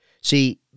See